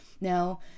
Now